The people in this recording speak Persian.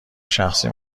شخصی